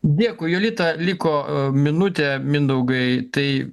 dėkui julita liko minutė mindaugai tai